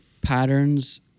patterns